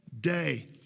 day